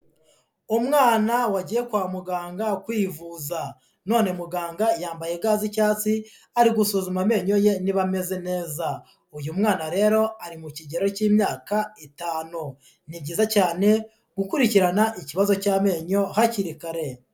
Umwana wagiye kwa muganga kwivuza. None muganga yambaye ga z'icyatsi, ari gusuzuma amenyo ye niba ameze neza. Uyu mwana rero, ari mu kigero cy'imyaka itanu. Ni byiza cyane gukurikirana ikibazo cy'amenyo hakiri kare.